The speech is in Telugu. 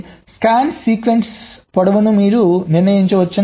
స్కాన్ సీక్వెన్స్ పొడవును మీరు నిర్ణయించవచ్చని అర్థం